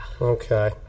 okay